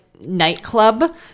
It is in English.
nightclub